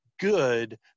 good